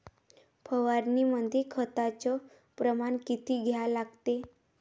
फवारनीमंदी खताचं प्रमान किती घ्या लागते?